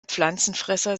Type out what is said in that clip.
pflanzenfresser